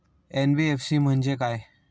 NBFC म्हणजे काय?